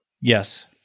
Yes